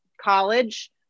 college